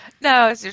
No